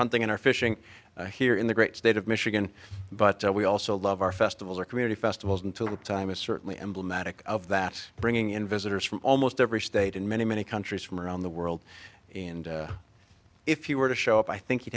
hunting or fishing here in the great state of michigan but we also love our festivals are community festivals until time is certainly emblematic of that bringing in visitors from almost every state and many many countries from around the world and if you were to show up i think you'd